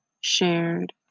shared